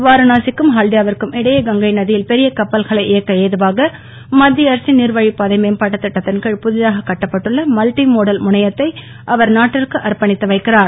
வாரணாசி க்கும் ஹால்டியா விற்கும் இடையே கங்கை நதியில் பெரிய கப்பல்களை இயக்க ஏதுவாக மத்திய அரசின் நீர்வழிப்பாதை மேம்பாட்டுத் திட்டத்தின் கீழ் புதிதாகக் கட்டப்பட்டுள்ள மல்டி மோடல் முனையத்தை அவர் நாட்டிற்கு அர்ப்பணித்து வைக்கிறார்